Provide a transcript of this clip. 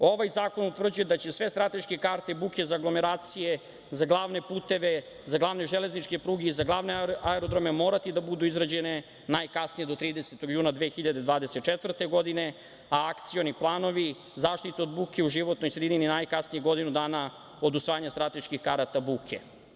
Ovaj zakon utvrđuje da će sve strateške karte buke za aglomeracije za glavne puteve, za glavne železničke pruge i za glavne aerodrome morati da budu izrađene najkasnije do 30. juna 2024. godine, a akcioni planovi zaštite od buke u životnoj sredini najkasnije godinu dana od usvajanja strateških karata buke.